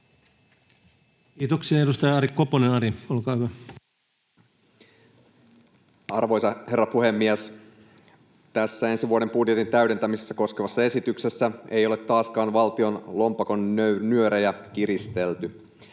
täydentämisestä Time: 16:33 Content: Arvoisa herra puhemies! Tässä ensi vuoden budjetin täydentämistä koskevassa esityksessä ei ole taaskaan valtion lompakon nyörejä kiristelty.